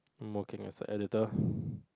I'm working as a editor